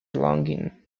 longing